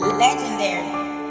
Legendary